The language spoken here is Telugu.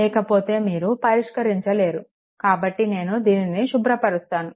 లేకపోతే మీరు పరిష్కరించ లేరు కాబట్టి నేను దీనిని శుభ్రపరుస్తాను